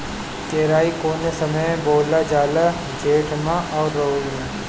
केराई कौने समय बोअल जाला जेठ मैं आ रबी में?